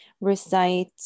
recite